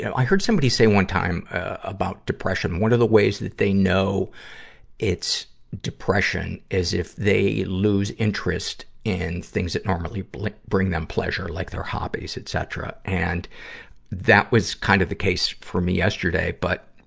i heard somebody say one time, ah, about depression one of the ways that they know it's depression is if they lose interest in things that normally like bring them pleasure, like their hobbies, etcetera. and that was kind of the case for me yesterday. but,